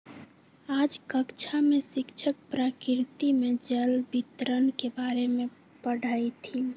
आज कक्षा में शिक्षक प्रकृति में जल वितरण के बारे में पढ़ईथीन